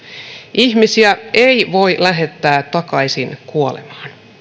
ihmisiä ei voi lähettää takaisin kuolemaan